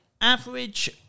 average